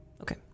Okay